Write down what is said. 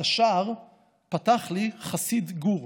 את השער פתח לי חסיד גור,